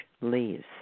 leaves